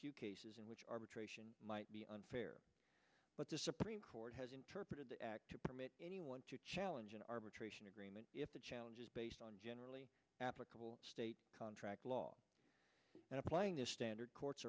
few cases in which arbitration might be unfair but the supreme court has interpreted the act to permit anyone to challenge an arbitration agreement if the challenge is based on generally applicable state contract law and applying the standard courts